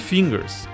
Fingers